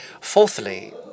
Fourthly